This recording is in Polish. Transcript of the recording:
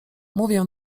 mówię